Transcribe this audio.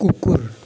कुकुर